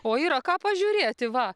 o yra ką pažiūrėti va